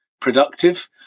productive